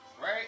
right